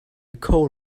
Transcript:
coal